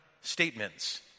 statements